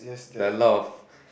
there are a lot of